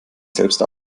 selbst